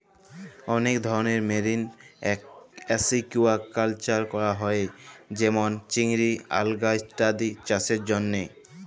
অলেক ধরলের marine aquaculture ক্যরা হ্যয়ে যেমল চিংড়ি, আলগা ইত্যাদি চাসের জন্হে